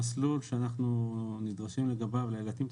המסלול שאנחנו נדרשים לגביו להתאים את